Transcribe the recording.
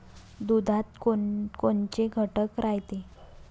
दुधात कोनकोनचे घटक रायते?